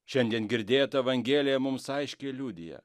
šiandien girdėta evangelija mums aiškiai liudija